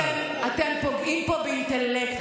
אתם פוגעים פה באינטלקט,